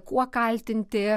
kuo kaltinti